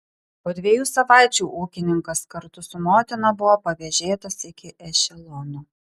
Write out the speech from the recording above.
po dviejų savaičių ūkininkas kartu su motina buvo pavėžėtas iki ešelono